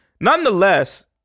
Nonetheless-